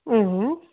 অঁ